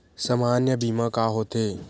सामान्य बीमा का होथे?